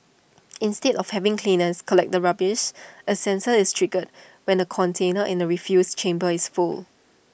instead of having cleaners collect the rubbish A sensor is triggered when the container in the refuse chamber is full